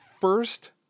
first